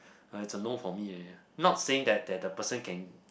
uh its a no for me already not saying that that the person can